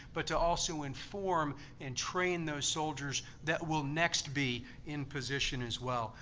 but to also inform and train those soldiers that will next be in position as well.